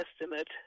estimate